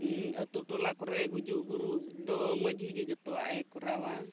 ᱟᱛᱳ ᱴᱚᱞᱟ ᱠᱚᱨᱮ ᱜᱩᱡᱩᱜ ᱜᱩᱨᱩᱜ ᱫᱚ ᱢᱟᱹᱡᱷᱤ ᱜᱮ ᱡᱚᱛᱚᱣᱟᱜ ᱮ ᱠᱚᱨᱟᱣᱟ